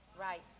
Right